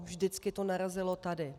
Vždycky to narazilo tady.